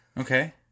okay